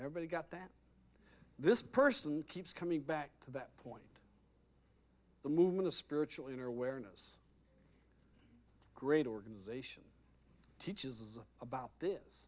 everybody got that this person keeps coming back to that point the movement of spiritual inner awareness great organization teaches about this